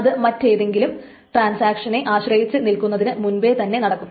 അത് മറ്റേതെങ്കിലും ട്രാൻസാക്ഷനെ ആശ്രയിച്ചു നിൽക്കുന്നതിന് മുൻപ് തന്നെ നടക്കും